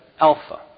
Alpha